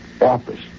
office